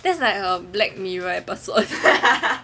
that's like a black mirror episode